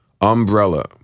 Umbrella